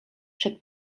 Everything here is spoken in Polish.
przed